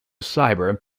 cyber